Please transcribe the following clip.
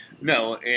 no